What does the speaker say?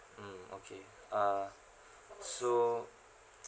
mm okay uh so